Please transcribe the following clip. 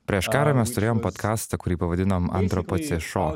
prieš karą mes turėjom potkastą kurį pavadinom antropocišo